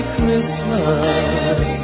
Christmas